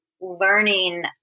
learning